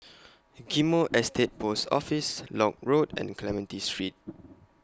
Ghim Moh Estate Post Office Lock Road and Clementi Street